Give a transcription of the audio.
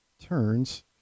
turns